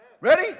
Ready